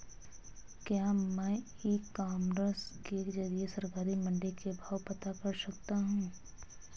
क्या मैं e commerce के ज़रिए सरकारी मंडी के भाव पता कर सकता हूँ?